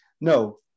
No